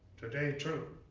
today, too,